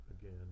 again